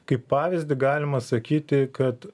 kaip pavyzdį galima sakyti kad